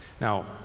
Now